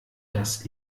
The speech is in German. das